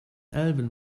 alvin